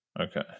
okay